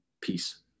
Peace